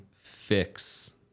fix